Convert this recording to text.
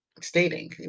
stating